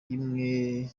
yemwe